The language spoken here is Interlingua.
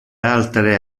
altere